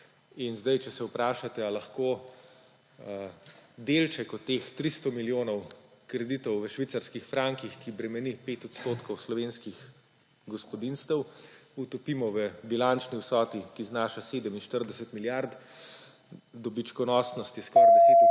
In zdaj, če se vprašate, ali lahko delček od teh 300 milijonov kreditov v švicarskih frankih, ki bremeni 5 odstotkov slovenskih gospodinjstev, utopimo v bilančni vsoti, ki znaša 47 milijard, dobičkonosnost je skoraj